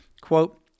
Quote